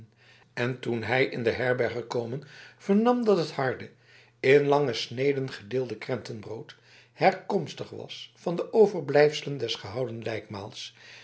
en toen hij in de herberg gekomen vernam dat het harde in lange sneden gedeelde krentenbrood herkomstig was van de overblijfselen des gehouden